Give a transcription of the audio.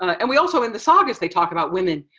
and we also, in the sagas, they talk about women.